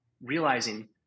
realizing